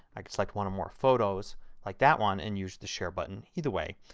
i can select one or more photos like that one and use the share button. either way.